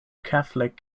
catholic